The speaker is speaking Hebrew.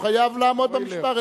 הוא חייב לעמוד במשמר.